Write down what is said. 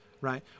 Right